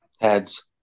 Heads